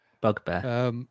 Bugbear